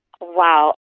Wow